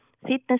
fitness